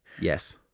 Yes